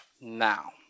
Now